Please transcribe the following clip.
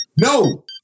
No